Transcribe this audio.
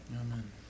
Amen